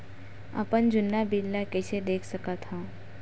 अपन जुन्ना बिल ला कइसे देख सकत हाव?